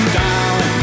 down